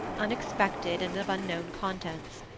unexpected and of unknown contents.